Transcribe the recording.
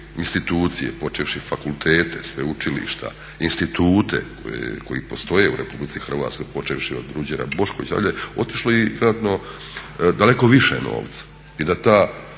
institucije, počevši fakultete, sveučilišta, institute koji postoje u Republici Hrvatskoj, počevši od Ruđera Boškovića, otišlo vjerojatno i daleko više novca